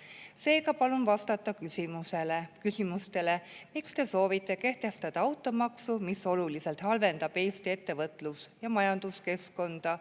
osa. Seega palun vastata [järgmistele] küsimustele. Miks te soovite kehtestada automaksu, mis oluliselt halvendab Eesti ettevõtlus- ja majanduskeskkonda?